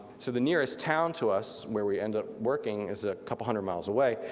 so the nearest town to us where we ended up working, is a couple hundred miles away,